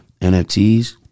NFTs